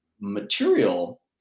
material